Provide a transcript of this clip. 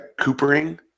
Coopering